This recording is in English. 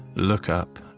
look up,